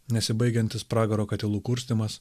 nesibaigiantis pragaro katilų kurstymas